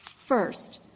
first,